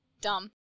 Dumb